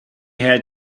had